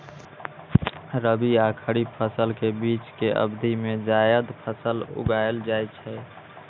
रबी आ खरीफ फसल के बीच के अवधि मे जायद फसल उगाएल जाइ छै